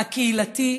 הקהילתי,